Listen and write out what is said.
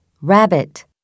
rabbit